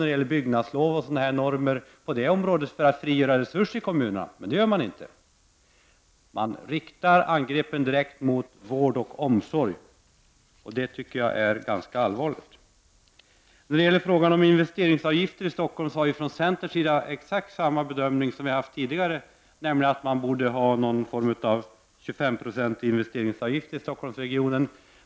t.ex. i fråga om byggnadslov och andra normer för att frigöra resurser i kommunerna, men det gör inte regeringen. I stället riktas angreppen direkt mot vård och omsorg, och det tycker jag är ganska allvarligt. När det gäller frågan om investeringsavgifter i Stockholm gör vi från centerns sida exakt samma bedömning som tidigare, nämligen att man borde införa någon form av 25-procentig investeringsavgift i Stockholmsregionen.